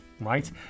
right